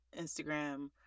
Instagram